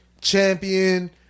champion